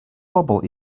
bobol